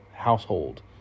household